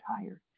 tired